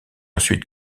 ensuite